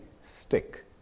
stick